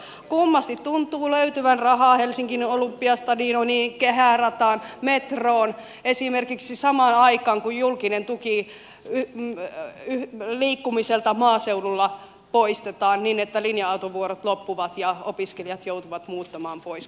kummasti tuntuu löytyvän rahaa esimerkiksi helsingin olympiastadioniin kehärataan metroon samaan aikaan kun julkinen tuki liikkumiselta maaseudulla poistetaan niin että linja autovuorot loppuvat ja opiskelijat joutuvat muuttamaan pois kotoaan